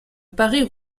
paris